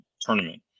tournament